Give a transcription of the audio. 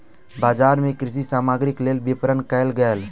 बजार मे कृषि सामग्रीक लेल विपरण कयल गेल